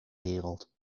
wereld